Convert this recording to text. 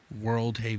World